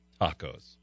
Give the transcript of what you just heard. tacos